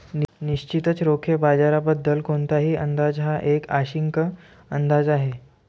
निश्चितच रोखे बाजाराबद्दल कोणताही अंदाज हा एक आंशिक अंदाज आहे